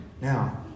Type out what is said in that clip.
Now